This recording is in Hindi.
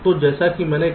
तो जैसा कि मैंने कहा